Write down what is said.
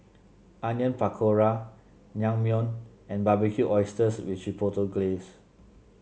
Onion Pakora Naengmyeon and Barbecued Oysters with Chipotle Glaze